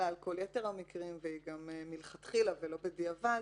על כל יתר המקרים ומלכתחילה ולא בדיעבד,